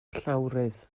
llawrydd